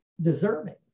deserving